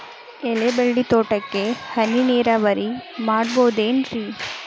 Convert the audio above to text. ಎಲೆಬಳ್ಳಿ ತೋಟಕ್ಕೆ ಹನಿ ನೇರಾವರಿ ಮಾಡಬಹುದೇನ್ ರಿ?